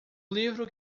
livro